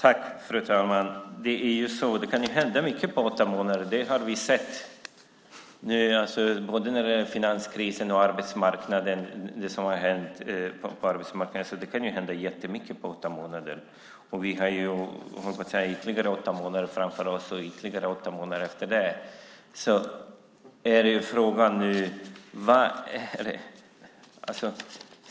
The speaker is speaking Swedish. Fru talman! Att det kan hända jättemycket på åtta månader har vi sett vad gäller både finanskrisen och arbetsmarknaden. Vi har ju ytterligare åtta månader framför oss och därefter ytterligare åtta månader.